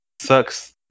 sucks